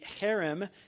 harem